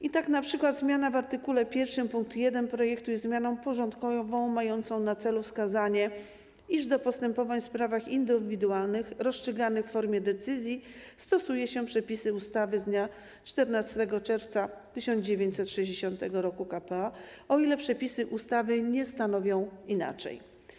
I tak np. zmiana w art. 1 pkt 1 projektu jest zmianą porządkową mającą na celu wskazanie, iż do postępowań w sprawach indywidualnych rozstrzyganych w formie decyzji stosuje się przepisy ustawy z dnia 14 czerwca 1960 r. k.p.a., o ile przepisy ustawy nie stanowią inaczej.